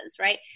right